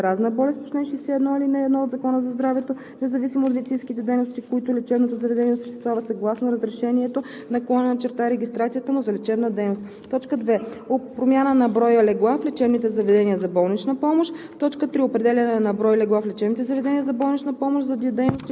диагностични и/или лечебни дейности само на лица, болни от заразна болест по чл. 61, ал. 1 от Закона за здравето, независимо от медицинските дейности, които лечебното заведение осъществява съгласно разрешението/регистрацията му за лечебна дейност; 2. промяна на броя легла в лечебните заведения за болнична помощ;